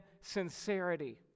sincerity